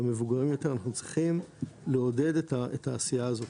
למבוגרים יותר: אנחנו צריכים לעודד את העשייה הזאת,